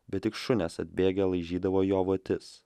bet tik šunes atbėgę laižydavo jo votis